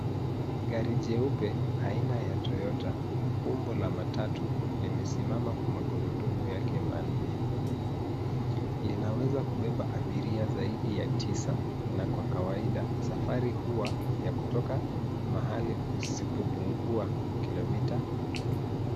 Gari jeupe, aina ya Toyota, umbo la matatu, limesimama kwa magurudumu yake manne, linaweza kubeba abiria zaidi ya tisa na kwa kawaida, safari huwa ya kutoka mahali kusipopungua kilomita kumi.